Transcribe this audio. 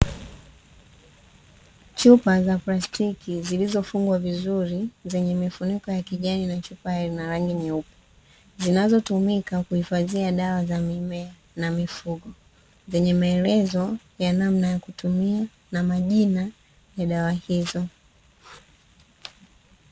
Chupa za plastiki zilizofungwa vizuri, zenye mifuniko ya kijani na chupa ina rangi nyeupe, zinazotumika kuhifadhia dawa za mimea na mifugo, zenye maelezo ya namna ya kutumia na majina ya dawa hizo.